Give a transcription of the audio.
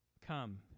come